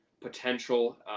potential